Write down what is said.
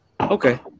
Okay